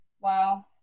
Wow